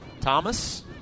Thomas